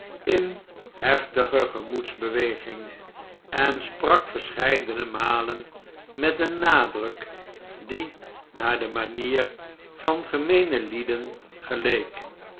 in heftige gemoedsbeweging en sprak verscheidene malen met een nadruk die naar demanier van gemeene lieden geleek